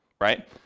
right